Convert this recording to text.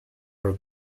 her